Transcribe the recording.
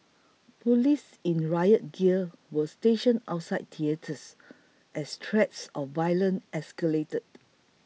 police in riot gear were stationed outside theatres as threats of violence escalated